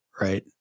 right